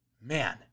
man